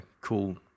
cool